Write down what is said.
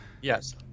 Yes